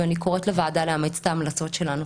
ואני קוראת לוועדה לאמץ את ההמלצות שלנו.